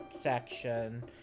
section